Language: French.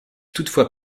toutefois